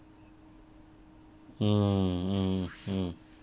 mm mmhmm